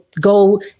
go